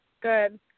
good